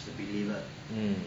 mm